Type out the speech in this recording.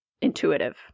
intuitive